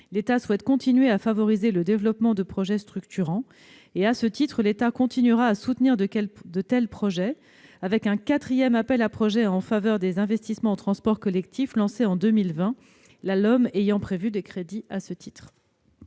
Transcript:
L'État souhaite continuer à favoriser le développement de projets structurants ; à ce titre, il continuera à soutenir de tels projets, avec un quatrième appel à projets en faveur des investissements en transports collectifs, lancé en 2020, la LOM ayant prévu des crédits à cette